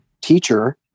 teacher